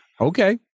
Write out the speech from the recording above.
Okay